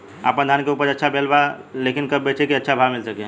आपनधान के उपज अच्छा भेल बा लेकिन कब बेची कि अच्छा भाव मिल सके?